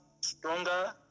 stronger